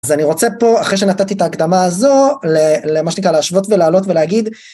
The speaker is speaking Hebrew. אז אני רוצה פה אחרי שנתתי את ההקדמה הזו למה שנקרא להשוות ולהעלות ולהגיד